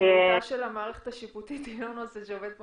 עצמאותה של המערכת השיפוטית היא לא נושא שעומד פה